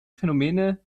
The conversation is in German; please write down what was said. phänomene